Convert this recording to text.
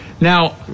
Now